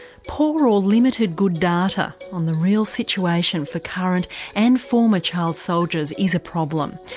poor or limited good data on the real situation for current and former child soldiers is a problem.